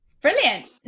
Brilliant